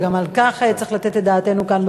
וגם על כך צריך לתת את דעתנו כאן,